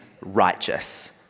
Righteous